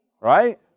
right